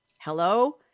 Hello